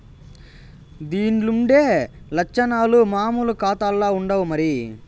దీన్లుండే లచ్చనాలు మామూలు కాతాల్ల ఉండవు మరి